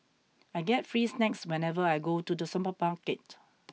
I get free snacks whenever I go to the supermarket